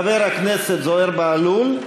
חבר הכנסת זוהיר בהלול,